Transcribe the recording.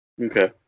Okay